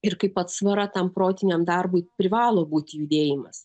ir kaip atsvara tam protiniam darbui privalo būti judėjimas